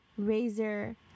Razer